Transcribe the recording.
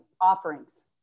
offerings